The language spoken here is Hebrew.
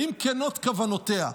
האם כנות כוונותיה?